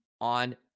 on